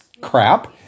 crap